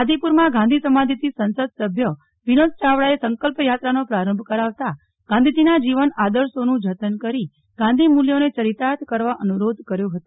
આદિપુરમાં ગાંધી સમાધીથી સંસદ સભ્ય વિનોદ ચાવડાએ સંકલ્પ યાત્રાનો પ્રારંભ કરાવતા ગાંધીજીના જીવન આદર્શોનું જતન કરી ગાંધી મુલ્યોને ચરિતાર્થ કરવા અનુરોધ કર્યો હતો